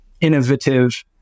innovative